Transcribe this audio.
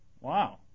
Wow